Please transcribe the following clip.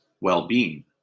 well-being